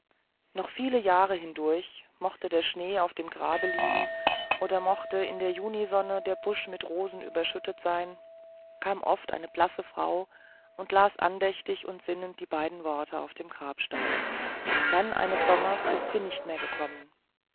noch viele jahre hindurch mochte der schnee auf dem grab liegen oder mochte in der junisonne der busch mit rosen überschüttet sein kam oft eine blasse frau und las andächtig und sinnend die beiden worte auf dem grabstein dann eines sommers ist sie nicht mehr gekommen